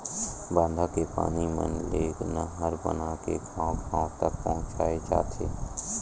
बांधा के पानी मन ले नहर बनाके गाँव गाँव तक पहुचाए जाथे